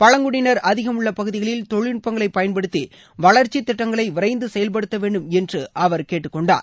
பழங்குடியினர் அதிகம் உள்ள பகுதிகளில் தொழில்நுட்பங்களை பயன்படுத்தி வளர்ச்சி திட்டங்களை விரைந்து செயல்படுத்த வேண்டும் என்று அவர் கேட்டுக்கொண்டார்